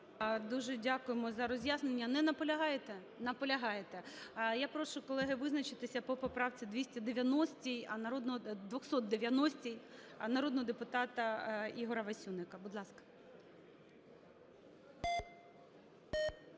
Дуже дякуємо за роз'яснення. Не наполягаєте? Наполягаєте. Я прошу, колеги, визначитися по поправці 290 народного депутата Ігоря Васюника, будь ласка.